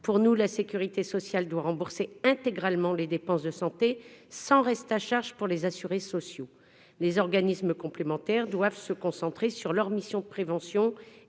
Pour nous, cette dernière doit rembourser intégralement les dépenses de santé sans reste à charge pour les assurés sociaux. Les organismes complémentaires doivent se concentrer sur leurs missions de prévention